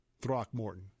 Throckmorton